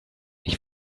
ich